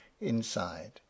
inside